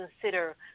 consider